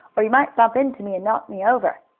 or you might bump into me and knock me over.